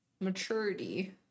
Maturity